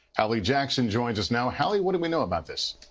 hallie jackson joins us now. hallie, what do we know about this?